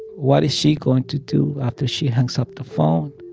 what is she going to do after she hangs up the phone?